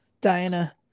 Diana